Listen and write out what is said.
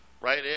right